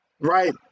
Right